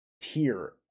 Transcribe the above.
tier